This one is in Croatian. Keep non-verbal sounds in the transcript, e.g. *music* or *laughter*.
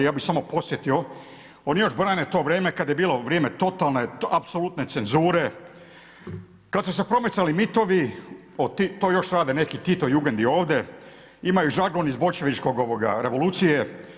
Ja bi samo podsjetio, oni još brane to vrijeme, kada je bilo vrijeme totalne apsolutne cenzure, kad su se promicali mitovi, to još rade neki titojugendi ovdje, imaju žargon iz … *unintelligible* revolucije.